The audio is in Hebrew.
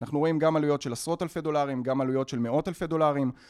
אנחנו רואים גם עלויות של עשרות אלפי דולרים, גם עלויות של מאות אלפי דולרים